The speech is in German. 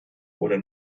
oder